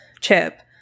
chip